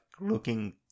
looking